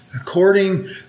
According